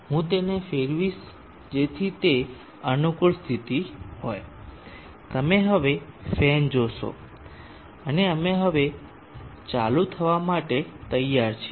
હું તેને ફેરવીશ જેથી તે અનુકૂળ સ્થિતિ હોય તમે હવે ફેન જોશો અને અમે હવે ચાલુ થવા માટે તૈયાર છીએ